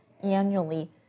annually